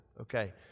Okay